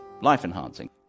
life-enhancing